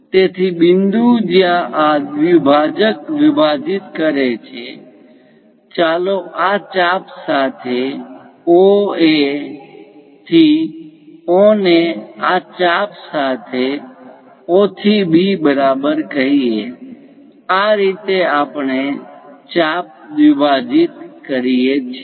તેથી બિંદુ જ્યાં આ દ્વિભાજક વિભાજિત કરે છે ચાલો આ ચાપ સાથે O A થી O ને આ ચાપ સાથે O થી B ની બરાબર કહીએ આ રીતે આપણે ચાપ દ્વિભાજીત કરીએ છીએ